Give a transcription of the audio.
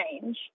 change